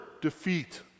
defeat